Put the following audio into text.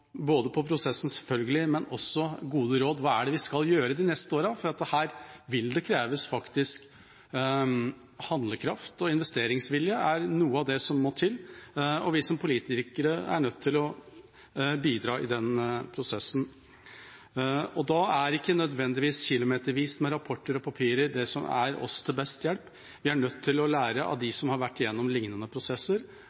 prosessen, selvfølgelig, men også gode råd om hva vi skal gjøre de neste årene. For her vil det faktisk kreves handlekraft, og investeringsvilje er noe av det som må til. Vi som politikere er nødt til å bidra i den prosessen. Da er ikke nødvendigvis kilometervis med rapporter og papirer det som er oss til best hjelp. Vi er nødt til å lære av